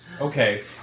Okay